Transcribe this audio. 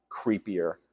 creepier